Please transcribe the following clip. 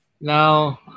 Now